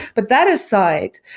but that aside,